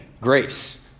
grace